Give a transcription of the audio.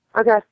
Okay